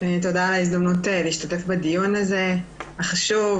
תודה על ההזדמנות להשתתף בדיון הזה החשוב.